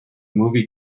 movie